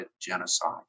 genocide